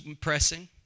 pressing